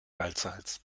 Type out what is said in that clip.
geizhals